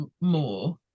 more